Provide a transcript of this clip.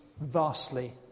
vastly